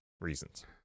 reasons